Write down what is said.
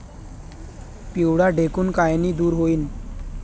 पिढ्या ढेकूण कायनं दूर होईन?